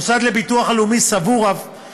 אף המוסד לביטוח לאומי סבור כי